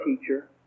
teacher